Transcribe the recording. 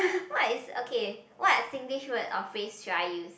what is okay what Singlish word or phrase should I use